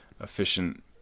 efficient